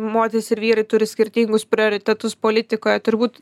moterys ir vyrai turi skirtingus prioritetus politikoje turbūt